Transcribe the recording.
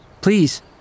Please